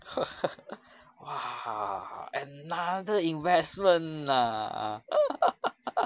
!wah! another investment ah